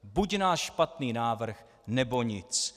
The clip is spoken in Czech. Buď náš špatný návrh, nebo nic!